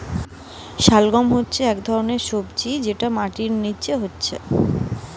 শালগাম হচ্ছে একটা ধরণের সবজি যেটা মাটির নিচে হচ্ছে